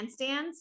handstands